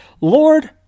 Lord